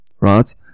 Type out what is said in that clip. right